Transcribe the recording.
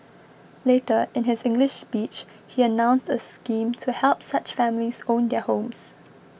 later in his English speech he announced a scheme to help such families own their homes